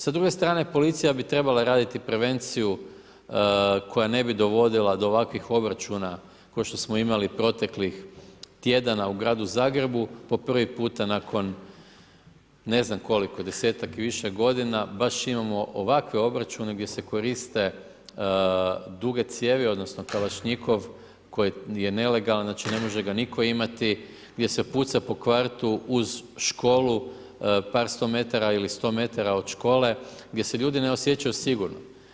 S druge strane, policija bi trebala raditi prevenciju, koja ne bi dovodila do ovakvih obračuna, ko što smo imali proteklih tjedana u Gradu Zagrebu, po prvi puta, nakon ne znam koliko 10-tak i više g. baš imamo ovakve obračune gdje se koriste, duge cijevi, odnosno, kalašnjikov, koji je nelegalan, znači ne može ga nitko imati, gdje se puca po kvartu, uz školu, par sto metara ili sto metara od škole, gdje se ljudi ne osjećaju sigurno.